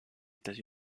états